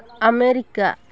America